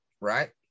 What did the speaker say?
right